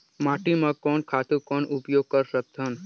माटी म कोन खातु कौन उपयोग कर सकथन?